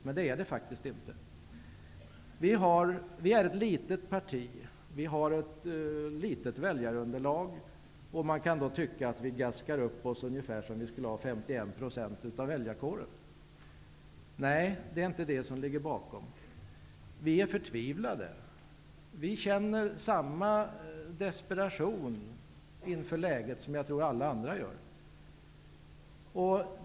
Men det är det faktiskt inte. Ny demokrati är ett litet parti. Vi har ett litet väljarunderlag, och man kan då tycka att vi gaskar upp oss ungefär som om vi skulle ha 51 % av väljarkåren. Nej, det är inte det som ligger bakom. Vi är förtvivlade. Vi känner samma desperation inför läget som jag tror att alla andra gör.